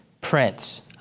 Prince